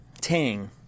Tang